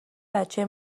بچه